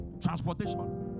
transportation